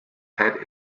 had